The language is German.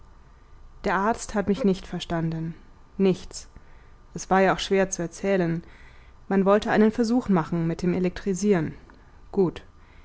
der arzt hat mich nicht verstanden nichts es war ja auch schwer zu erzählen man wollte einen versuch machen mit dem elektrisieren gut